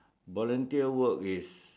volunteer work is